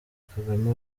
kagame